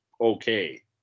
okay